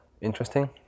interesting